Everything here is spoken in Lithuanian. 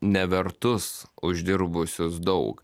nevertus uždirbusius daug